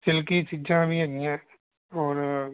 silky ਚੀਜ਼ਾਂ ਵੀ ਹੈਗੀਆਂ ਔਰ